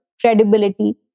credibility